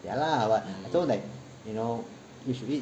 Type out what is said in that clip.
ya lah but I told her like you know you should eat